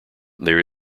there